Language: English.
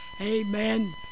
amen